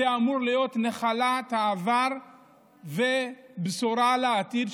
זה אמור להיות נחלת העבר ובשורה לעתיד,